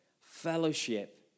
fellowship